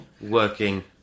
working